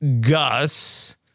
Gus